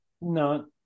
no